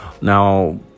Now